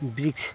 वृक्ष